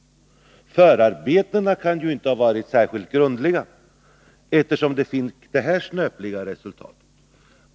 Förarbetena kan ju inte ha varit särskilt grundliga, eftersom det blev ett så snöpligt resultat.